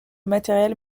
matériel